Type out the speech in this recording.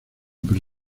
pero